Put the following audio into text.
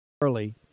Early